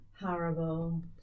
Horrible